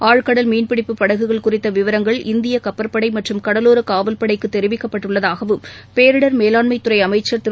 ஆழ்கடல் மீன்பிடிப்பு படகுகள் குறித்தவிவரங்கள் இந்தியகப்பற்படைமற்றும் கடலோரகாவல் படைக்குதெரிவிக்கப்பட்டுள்ளதாகவும் பேரிடர் மேலாண்மைத்துறைஅமைச்சா் திரு